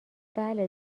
بله